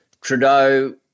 Trudeau